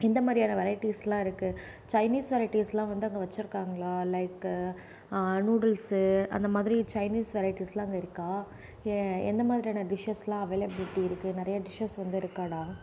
எந்த மாரியான வெரைட்டிஸ்லாம் இருக்குது சைனீஸ் வெரைட்டிஸ்லாம் வந்து அங்கே வச்சிருக்காங்களா லைக் நூடுல்ஸ் அந்த மாதிரி சைனீஸ் வெரைட்டிஸ்லாம் அங்கே இருக்கா எந்த மாதிரியான டிஷ்ஷஸ்லாம் அவைலபிளிட்டி இருக்குது நிறைய டிஷ்ஷஸ் வந்து இருக்காடா